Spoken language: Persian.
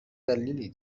دلیلی